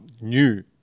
new